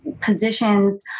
positions